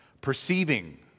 perceiving